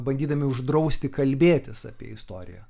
bandydami uždrausti kalbėtis apie istoriją